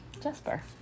Jesper